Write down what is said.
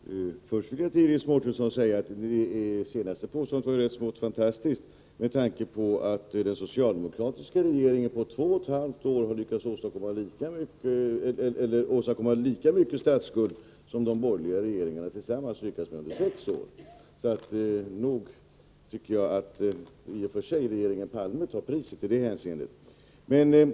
Herr talman! Först vill jag till Iris Mårtensson säga att det senaste påståendet var smått fantastiskt med tanke på att den socialdemokratiska regeringen på två och ett halvt år har lyckats åstadkomma lika mycket statsskuld som de borgerliga regeringarna tillsammans lyckades med under sex år. Så nog tycker jag i och för sig att regeringen Palme tar priset i det hänseendet.